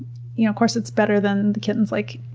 you know course it's better than the kittens, like,